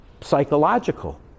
psychological